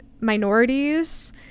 minorities